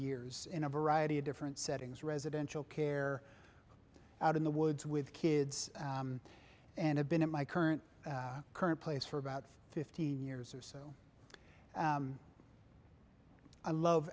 years in a variety of different settings residential care out in the woods with kids and i've been at my current current place for about fifteen years or so i love